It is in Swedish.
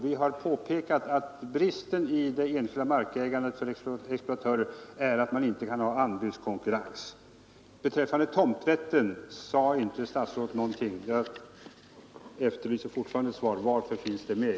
Vi har påpekat att bristen i det enskilda markägandet för exploatörer är att man inte kan ha anbudskonkurrens. Beträffande tomträtten sade statsrådet inte någonting. Jag efterlyser fortfarande svar på frågan: Varför finns det med?